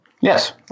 Yes